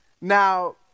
Now